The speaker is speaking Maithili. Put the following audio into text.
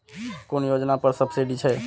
कुन योजना पर सब्सिडी छै?